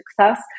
success